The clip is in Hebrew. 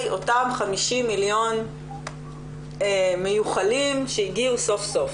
אותם 50 מיליון מיוחלים שהגיעו סוף סוף.